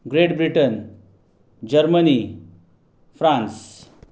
Great Britain Germany France